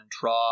draw